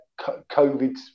COVID